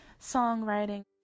songwriting